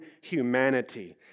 humanity